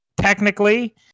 technically